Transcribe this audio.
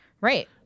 right